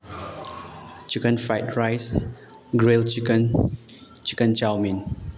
chicken fried rice grill chicken chicken chow mein